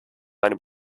meine